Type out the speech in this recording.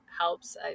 helps